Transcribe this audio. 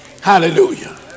Hallelujah